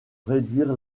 réduire